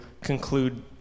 conclude